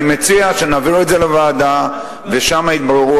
אני מציע שנעביר את זה לוועדה ושם יתבררו